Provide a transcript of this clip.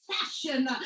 fashion